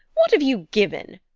what have you given?